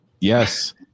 Yes